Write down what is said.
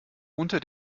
unter